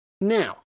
Now